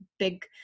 big